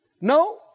No